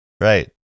right